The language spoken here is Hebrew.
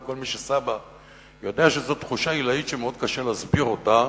וכל מי שסבא יודע שזו תחושה עילאית שמאוד קשה להסביר אותה,